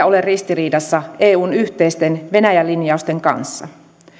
ole ristiriidassa eun yhteisten venäjä linjausten kanssa